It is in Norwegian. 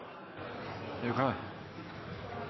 er jo